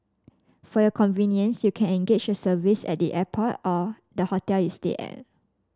for your convenience you can engage a service at the airport or the hotel you stay at